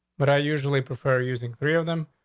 but i usually prefer using three of them.